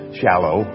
shallow